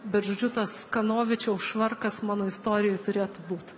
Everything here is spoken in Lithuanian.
bet žodžiu tas kanovičiaus švarkas mano istorijoj turėtų būt